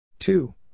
Two